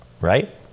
right